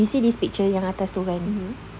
you see this picture yang atas tu kan